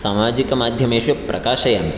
सामाजिकमाध्यमेषु प्रकाशयामि